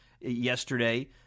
yesterday